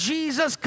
Jesus